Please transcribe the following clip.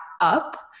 up